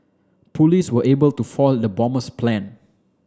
police were able to foil the bomber's plan